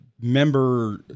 member